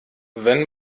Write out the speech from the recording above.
wenn